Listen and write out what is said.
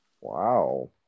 Wow